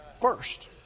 first